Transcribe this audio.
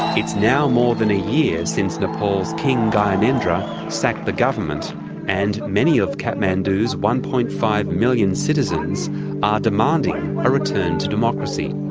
it's now more than a year since nepal's king gyanendra sacked the government and many of kathmandu's one. five million citizens are demanding a return to democracy.